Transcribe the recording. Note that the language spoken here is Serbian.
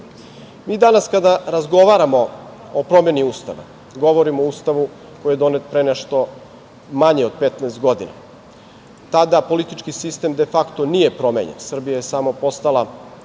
danas kada razgovaramo o promeni Ustava, govorimo o Ustavu koji je donet pre nešto manje od 15 godina. Tada politički sistem defakto nije promenjen, Srbija je samo postala